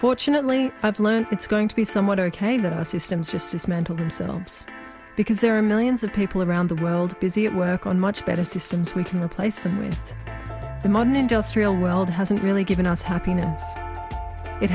fortunately i've learned it's going to be somewhat arcane the systems just dismantle themselves because there are millions of people around the world busy at work on much better systems we can replace them with the modern industrial world hasn't really given us happiness it